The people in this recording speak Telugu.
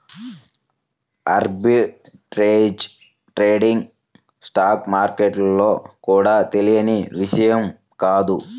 ఆర్బిట్రేజ్ ట్రేడింగ్ స్టాక్ మార్కెట్లలో కూడా తెలియని విషయం కాదు